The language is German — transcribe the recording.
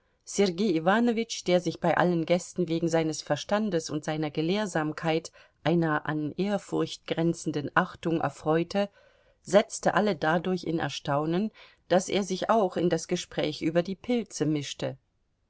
iwanowitsch der sich bei allen gästen wegen seines verstandes und seiner gelehrsamkeit einer an ehrfurcht grenzenden achtung erfreute setzte alle da durch in erstaunen daß er sich auch in das gespräch über die pilze mischte